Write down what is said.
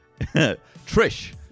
Trish